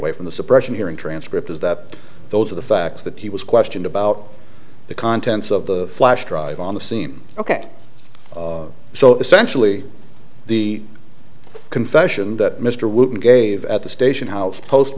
way from the suppression hearing transcript is that those are the facts that he was questioned about the contents of the flash drive on the scene ok so essentially the confession that mr wooten gave at the station house post